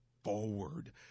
Forward